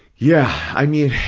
yeah, i mean,